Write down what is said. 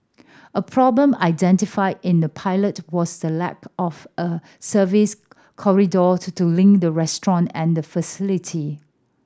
a problem identified in the pilot was the lack of a service corridor to link the restaurant and the facility